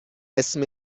اسم